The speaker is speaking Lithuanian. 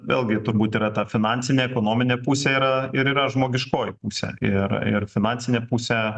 vėlgi turbūt yra ta finansinė ekonominė pusė yra ir yra žmogiškoji pusė ir ir finansinė pusė